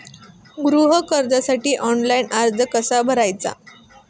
गृह कर्जासाठी ऑनलाइन अर्ज कसा भरायचा?